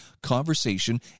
conversation